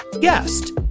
guest